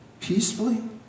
peacefully